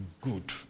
good